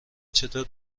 چطور